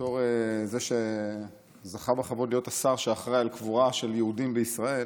שבתור זה שזכה בכבוד להיות השר שאחראי על קבורה של יהודים בישראל,